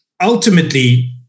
ultimately